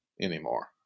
anymore